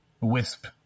wisp